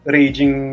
Raging